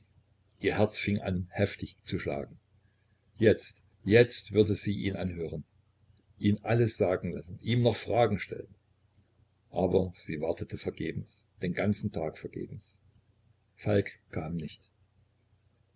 ihr herz fing an heftig zu schlagen ja jetzt würde sie ihn anhören ihn alles sagen lassen ihm noch fragen stellen aber sie wartete vergebens den ganzen tag vergebens falk kam nicht